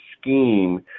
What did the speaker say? scheme